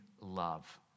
love